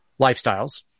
lifestyles